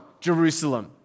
Jerusalem